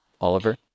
Oliver